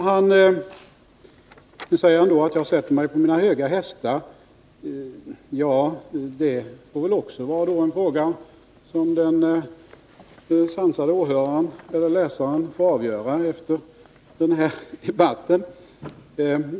Jörn Svensson sade att jag sätter mig på mina höga hästar. Det får väl också vara något som den sansade åhöraren av debatten eller läsaren av protokollet får avgöra.